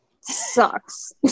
sucks